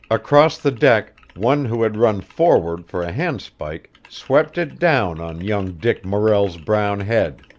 across the deck, one who had run forward for a handspike swept it down on young dick morrel's brown head.